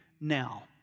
now